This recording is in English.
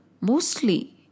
Mostly